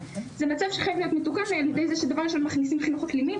זה מצב שחייב להיות מתוקן על ידי זה שדבר ראשון מכניסים חינוך אקלימי,